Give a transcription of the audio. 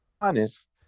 honest